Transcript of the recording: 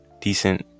decent